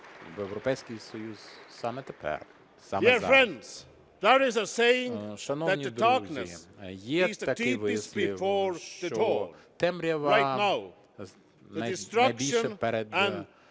Шановні друзі, є такий вислів, що " темрява найбільша перед